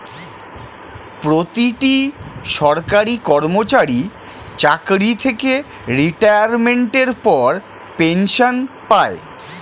প্রতিটি সরকারি কর্মচারী চাকরি থেকে রিটায়ারমেন্টের পর পেনশন পায়